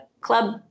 club